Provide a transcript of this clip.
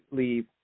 leave